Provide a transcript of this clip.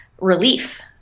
relief